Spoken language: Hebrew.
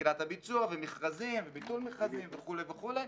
ותחילת הביצוע ומכרזים וביטול מכרזים וכו' וכו',